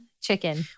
Chicken